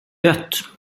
dött